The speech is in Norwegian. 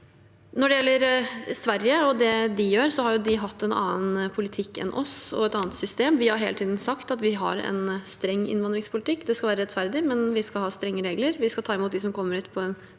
Når det gjelder Sverige og det de gjør, har de hatt en annen politikk og et annet system enn oss. Vi har hele tiden sagt at vi har en streng innvandringspolitikk. Det skal være rettferdig, men vi skal ha strenge regler. Vi skal ta imot dem som kommer hit, på en